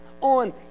on